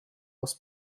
aus